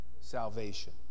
salvation